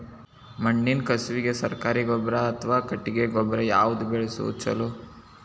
ಮಣ್ಣಿನ ಕಸುವಿಗೆ ಸರಕಾರಿ ಗೊಬ್ಬರ ಅಥವಾ ಕೊಟ್ಟಿಗೆ ಗೊಬ್ಬರ ಯಾವ್ದು ಬಳಸುವುದು ಛಲೋ?